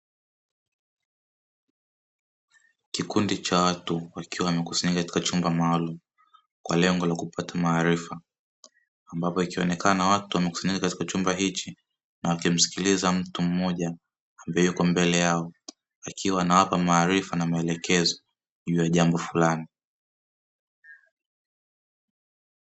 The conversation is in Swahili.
Kikundi cha watu wakiwa wamekusanya katika chumba maalum, kwa lengo la kupata maarifa ambapo ikionekana watu wamekusanyika katika chumba hichi, na wakimsikiliza mtu mmoja ambaye yuko mbele yao akiwa anawapa maarifa na maelekezo ya jambo fulani.